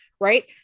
right